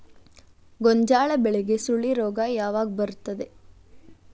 ಗೋಂಜಾಳ ಬೆಳೆಗೆ ಸುಳಿ ರೋಗ ಯಾವಾಗ ಬರುತ್ತದೆ?